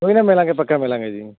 ਕੋਈ ਨਾ ਮਿਲਾਂਗੇ ਪੱਕਾ ਮਿਲਾਂਗੇ ਜੀ